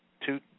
two